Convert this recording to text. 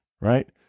right